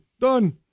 done